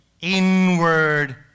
inward